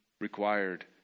required